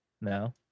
No